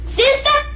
sister